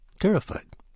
terrified